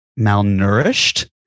malnourished